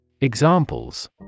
Examples